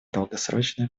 долгосрочную